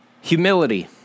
humility